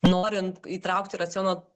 norint įtraukt į racioną